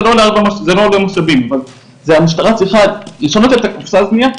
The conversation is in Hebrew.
זה לא זה המשטרה צריכה לשנות את הקופסה שנייה,